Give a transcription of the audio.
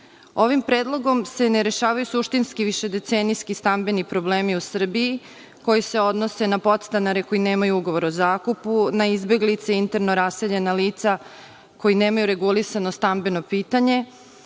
Ovim predlogom se ne rešavaju suštinski višedecenijski stambeni problemi u Srbiji koji se odnose na podstanare koji nemaju ugovor o zakupu, na izbeglice i interno raseljena lica koji nemaju regulisano stambeno pitanje,